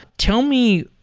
tell me,